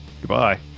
Goodbye